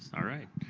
alright.